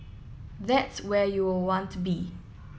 that's where you will want to be